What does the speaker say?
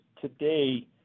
today